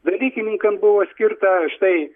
dalykininkam buvo skirta štai